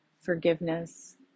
forgiveness